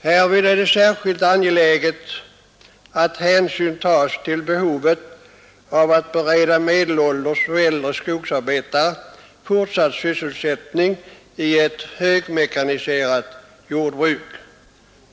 Härvid är det särskilt angeläget att hänsyn tas till behovet av att bereda medelålders och äldre skogsarbetare fortsatt sysselsättning i ett högmekaniserat skogsbruk.